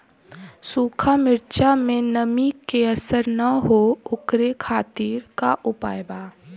सूखा मिर्चा में नमी के असर न हो ओकरे खातीर का उपाय बा?